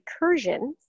Recursion